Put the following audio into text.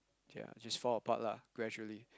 okay lah just fall apart lah gradually